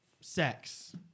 sex